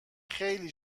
خیلی